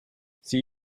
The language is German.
sie